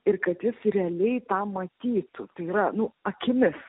ir kad jis realiai tą matytų tai yra nu akimis